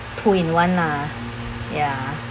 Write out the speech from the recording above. two in one lah ya